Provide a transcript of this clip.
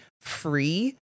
free